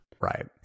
Right